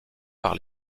par